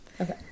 Okay